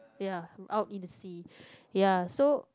ya out in the sea ya so